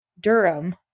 Durham